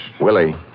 Willie